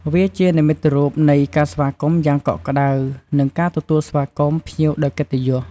វាជានិមិត្តរូបនៃការស្វាគមន៍យ៉ាងកក់ក្តៅ និងការទទួលស្វាគមន៍ភ្ញៀវដោយកិត្តិយស។